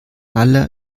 aller